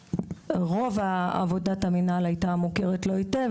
שרובה הייתה מוכרת לו היטב,